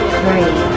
three